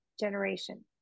generation